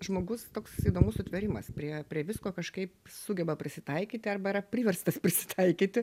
žmogus toks įdomus sutvėrimas prie prie visko kažkaip sugeba prisitaikyti arba yra priverstas prisitaikyti